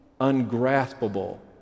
ungraspable